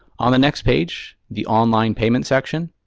on the next page, the online payment section,